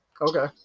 Okay